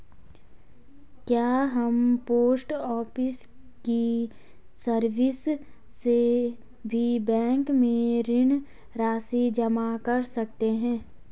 क्या हम post office की सर्विस से भी बैंक में ऋण राशि जमा कर सकते हैं?